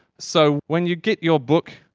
so when you get your book,